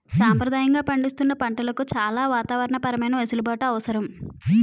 సంప్రదాయంగా పండిస్తున్న పంటలకు చాలా వాతావరణ పరమైన వెసులుబాట్లు అవసరం